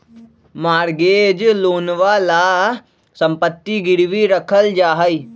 mortgage लोनवा ला सम्पत्ति गिरवी रखल जाहई